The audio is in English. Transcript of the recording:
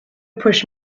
push